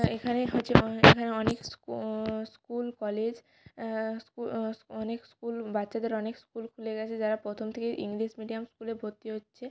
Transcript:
এখানেই হচ্ছে এখানে অনেক স্কুল কলেজ স্কু অনেক স্কুল বাচ্চাদের অনেক স্কুল খুলে গেছে যারা প্রথম থেকেই ইংলিশ মিডিয়াম স্কুলে ভর্তি হচ্ছে